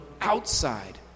outside